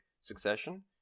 succession